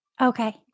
Okay